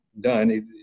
done